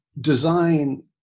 design